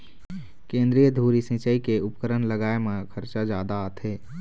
केंद्रीय धुरी सिंचई के उपकरन लगाए म खरचा जादा आथे